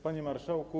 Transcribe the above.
Panie Marszałku!